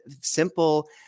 simple